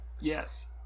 Yes